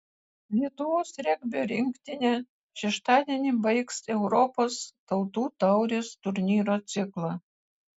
lietuvos regbio rinktinė šeštadienį baigs europos tautų taurės turnyro ciklą